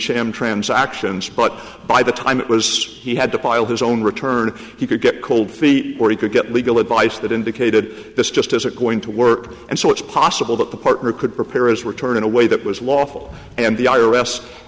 sham transactions but by the time it was he had to file his own return he could get cold feet or he could get legal advice that indicated this just isn't going to work and so it's possible that the partner could prepare as return in a way that was lawful and